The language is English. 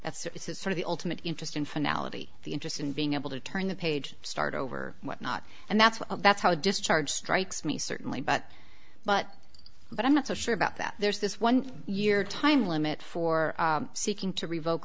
that's sort of the ultimate interest in finale the interest in being able to turn the page start over what not and that's that's how discharge strikes me certainly but but but i'm not so sure about that there's this one year time limit for seeking to revoke